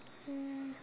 mm